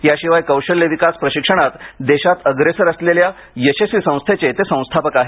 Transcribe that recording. याशिवाय कौशल्य विकास प्रशिक्षणात देशात अग्रेसर असलेल्या यशस्वी संस्थेचे ते संस्थापक आहेत